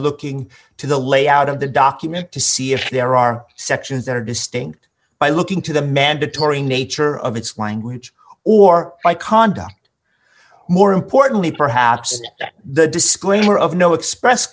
looking to the layout of the document to see if there are sections that are distinct by looking to the mandatory nature of its language or by conduct more importantly perhaps the disclaimer of no express